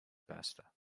pasta